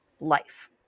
life